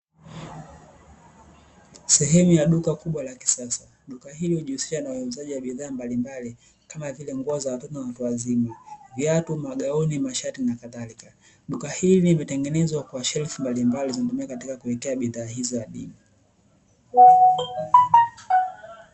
Sehemu ya duka kubwa la kisasa, duka hili hujihusisha na uuzaji wa bidhaa mbalimbali kama vile nguo za watoto na watu wazima: viatu, magauni, mashati n.k. Duka hili limetengenezwa kwa shelfu mbalimbali zinatumika kuwekea bidhaa hizo adimu.